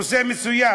בנושא מסוים,